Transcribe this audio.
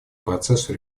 процессу